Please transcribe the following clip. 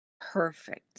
perfect